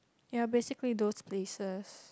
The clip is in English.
ya basically those places